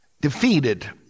defeated